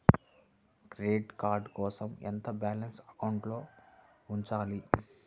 Credit card కోసం ఎంత balance అకౌంట్లో ఉంచాలి?